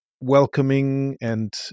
welcoming—and